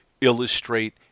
illustrate